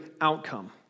outcome